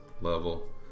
level